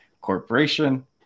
corporation